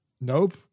Nope